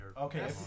Okay